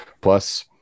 Plus